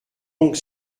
donc